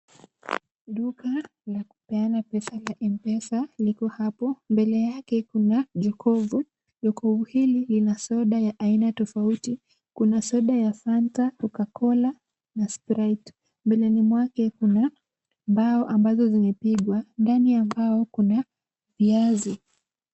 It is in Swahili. Duka la kupeana pesa la M-pesa liko hapo. Mbele yake kuna jokofu. Jokofu hili lina soda ya aina tofauti. Kuna soda ya Fanta, Coca cola na Sprite. Mbeleni mwake kuna mbao ambazo zimepigwa. Ndani ya mbao kuna viazi.